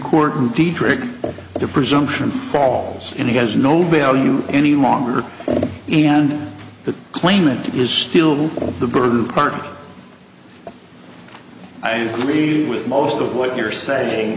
court dietrich the presumption falls and he has no value any longer and the claimant is still the burden part i agree with most of what you're saying